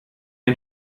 ein